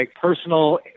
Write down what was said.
personal